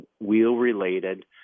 wheel-related